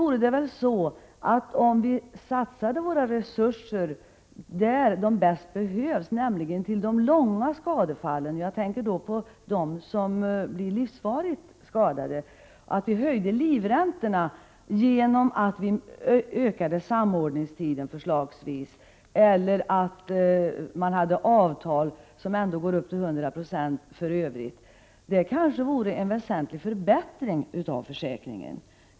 Vi kan i stället satsa våra resurser på dem som bäst behöver dem — nämligen de långvariga skadefallen, jag tänker då på dem som blir livsfarligt skadade — genom att höja livräntorna, genom att förslagsvis öka samordningstiden eller genom att ha avtal som ändå uppgår till 100 96 i övrigt. Det skulle kanske innebära en väsentlig förbättring av försäkringen.